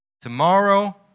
tomorrow